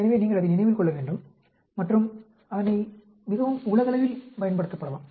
எனவே நீங்கள் அதை நினைவில் கொள்ள வேண்டும் மற்றும் அதனை மிகவும் உலகளவில் பயன்படுத்தப்படலாம்